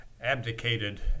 abdicated